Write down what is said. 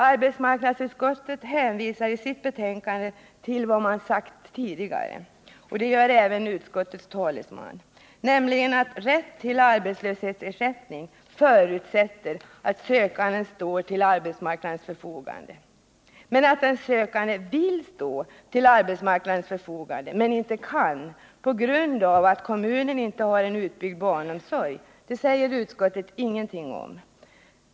Arbetsmarknadsutskottet hänvisar i sitt betänkande till vad man har sagt tidigare — och det gjorde även utskottets talesman — nämligen att rätt till arbetslöshetsersättning förutsätter att sökanden står till arbetsmarknadens förfogande. Att den sökande vill stå till arbetsmarknadens förfogande men inte kan på grund av att kommunen inte har en utbyggd barnomsorg säger utskottet ingenting om.